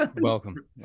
Welcome